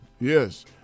Yes